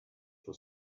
for